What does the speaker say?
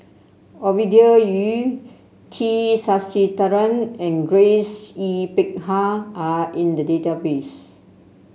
Ovidia Yu T Sasitharan and Grace Yin Peck Ha are in the database